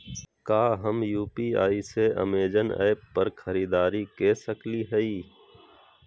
का हम यू.पी.आई से अमेजन ऐप पर खरीदारी के सकली हई?